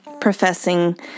professing